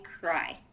cry